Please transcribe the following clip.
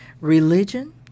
Religion